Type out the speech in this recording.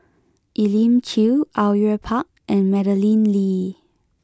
Elim Chew Au Yue Pak and Madeleine Lee